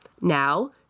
now